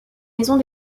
maisons